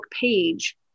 page